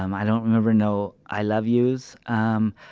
um i don't remember no i love you's. um,